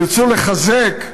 תרצו לחזק,